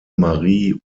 marie